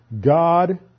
God